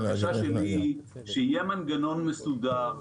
הבקשה שלי שיהיה מנגנון מסודר,